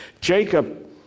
Jacob